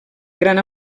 gran